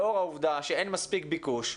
לאור העובדה שאין מספיק ביקוש,